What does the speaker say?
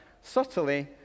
subtly